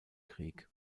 krieg